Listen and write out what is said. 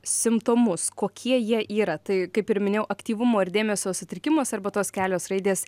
simptomus kokie jie yra tai kaip ir minėjau aktyvumo ir dėmesio sutrikimas arba tos kelios raidės